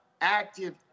active